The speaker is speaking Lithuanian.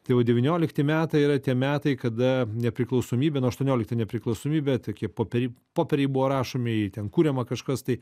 tai va devyniolikti metai yra tie metai kada nepriklausomybė nuo aštuonioliktų nepriklausomybė tokie poperi popieriai buvo rašomi ir ten kuriama kažkas tai